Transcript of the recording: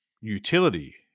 utility